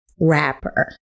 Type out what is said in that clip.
rapper